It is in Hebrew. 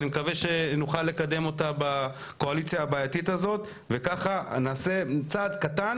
אני מקווה שנוכל לקדם אותה בקואליציה הבעייתית הזאת וככה נעשה צעד קטן,